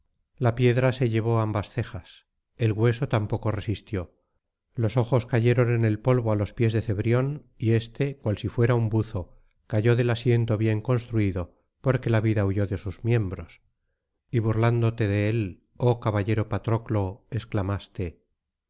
la piedra se llevó ambas cejas el hueso tampoco resistió los ojos cayeron en el polvo á los pies de cebrión y éste cual si fuera un buzo cayó del asiento bien construido porque la vida huyó de sus miembros y burlándote de él oh caballero patroclo exclamaste